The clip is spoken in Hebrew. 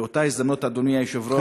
באותה הזדמנות, אדוני היושב-ראש